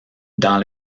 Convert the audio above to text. dans